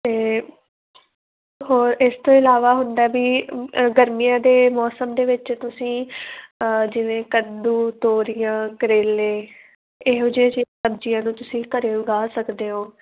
ਅਤੇ ਹੋਰ ਇਸ ਤੋਂ ਇਲਾਵਾ ਹੁੰਦਾ ਵੀ ਗਰਮੀਆਂ ਦੇ ਮੌਸਮ ਦੇ ਵਿੱਚ ਤੁਸੀਂ ਜਿਵੇਂ ਕੱਦੂ ਤੋਰੀਆਂ ਕਰੇਲੇ ਇਹੋ ਜਿਹੇ ਸਬਜ਼ੀਆਂ ਨੂੰ ਤੁਸੀਂ ਘਰੇ ਉਗਾ ਸਕਦੇ ਹੋ